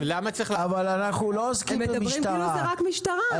אנחנו לא עוסקים במשטרה.